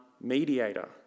mediator